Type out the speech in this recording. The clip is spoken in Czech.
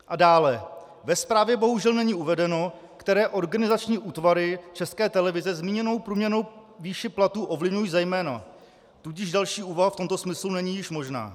A dále, ve zprávě bohužel není uvedeno, které organizační útvary České televize zmíněnou průměrnou výši platů ovlivňují zejména, tudíž další úvaha v tomto smyslu již není možná.